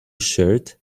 shirt